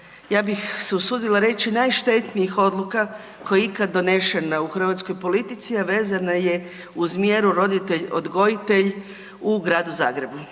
ja bih se usudila reći najštetnijih odluka koja je ikad donešena u hrvatskoj politici, a vezana je uz mjeru roditelj odgojitelj u Gradu Zagrebu.